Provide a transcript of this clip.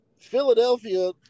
Philadelphia